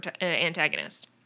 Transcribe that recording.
antagonist